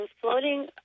floating